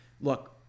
look